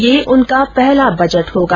यह उनका पहला बजट होगा